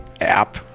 app